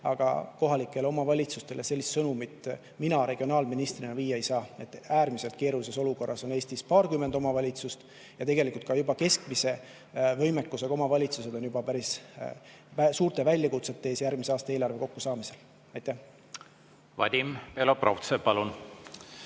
aga kohalikele omavalitsustele sellist sõnumit mina regionaalministrina viia ei saa. Äärmiselt keerulises olukorras on Eestis paarkümmend omavalitsust ja tegelikult ka keskmise võimekusega omavalitsused päris suurte väljakutsete ees järgmise aasta eelarve kokkusaamisel. Vadim Belobrovtsev, palun!